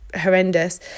horrendous